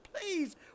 please